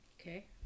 Okay